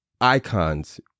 icons